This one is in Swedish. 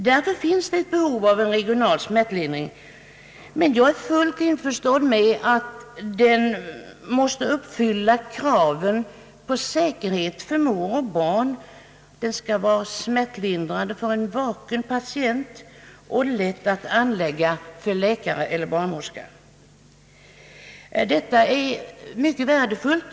Därför föreligger det ett behov av regional smärtlindring, men jag är fullt införstådd med att den måste uppfylla kraven på säkerhet för mor och barn, vara smärtlindrande för en vaken patient och lätt att anlägga för läkare eller barnmorska. Detta är mycket värdefullt.